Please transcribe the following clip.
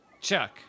Chuck